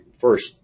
first